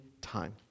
time